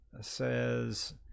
says